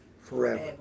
forever